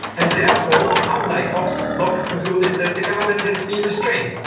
and therefore, unlike hobbes, locke concluded that the government has to be restrained,